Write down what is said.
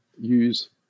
use